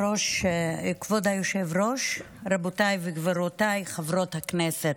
כבוד היושב-ראש, רבותיי וגבירותיי חברות הכנסת,